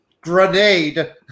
grenade